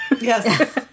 Yes